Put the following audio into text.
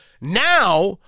Now